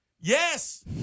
Yes